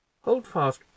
Holdfast